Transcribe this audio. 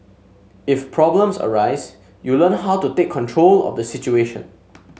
if problems arise you learn how to take control of the situation